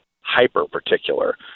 hyper-particular